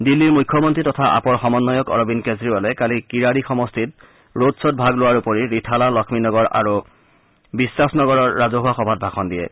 দিল্লীৰ মুখ্যমন্ত্ৰী তথা আপৰ সমন্বয়ক অৰবিন্দ কেজৰিবালে কালি কিৰাৰী সমষ্টিত ৰোডখ্বত ভাগ লোৱাৰ উপৰি ৰিথালা লক্ষ্মীনগৰ আৰু বিশ্বাস নগৰৰ ৰাজহুৱা সভাত ভাষণ দিয়ে